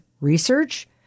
research